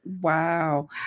Wow